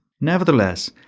nevertheless,